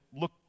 look